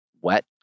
wet